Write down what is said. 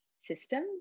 systems